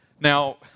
Now